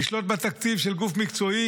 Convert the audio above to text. נשלוט בתקציב של גוף מקצועי,